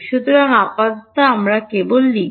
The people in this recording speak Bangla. সুতরাং আপাতত আমরা কেবল লিখব